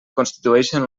constitueixen